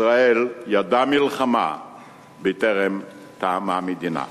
ישראל ידעה מלחמה בטרם טעמה מדינה.